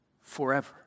forever